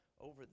over